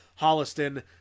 holliston